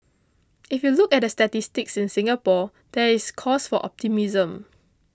if you look at the statistics in Singapore there is cause for optimism